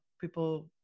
people